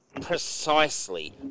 precisely